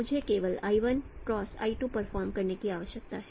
मुझे केवल l1 X l 2 perform करने की आवश्यकता है